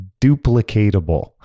duplicatable